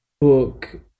book